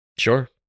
Sure